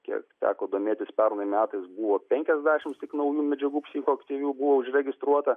kiek teko domėtis pernai metais buvo penkiasdešimt naujų medžiagų psichoaktyvių buvo užregistruota